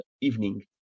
evening